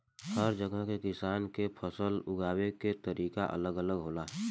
हर जगह के किसान के फसल उगावे के तरीका अलग अलग होला